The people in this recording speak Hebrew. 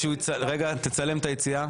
תצלם את היציאה.